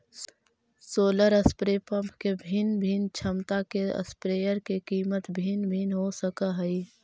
solar spray pump के भिन्न भिन्न क्षमता के स्प्रेयर के कीमत भिन्न भिन्न हो सकऽ हइ